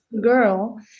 girl